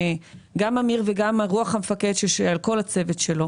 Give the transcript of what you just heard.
גם אמיר וגם רוח המפקד של כל הצוות שלו